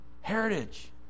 Heritage